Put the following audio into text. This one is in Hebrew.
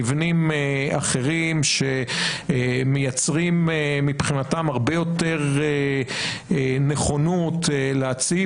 מבנים אחרים שמייצרים מבחינתם הרבה יותר נכונות להציב